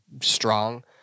strong